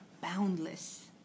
boundless